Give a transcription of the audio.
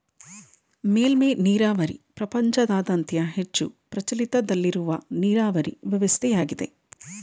ಮೇಲ್ಮೆ ನೀರಾವರಿ ಪ್ರಪಂಚದಾದ್ಯಂತ ಹೆಚ್ಚು ಪ್ರಚಲಿತದಲ್ಲಿರುವ ನೀರಾವರಿ ವ್ಯವಸ್ಥೆಯಾಗಿದೆ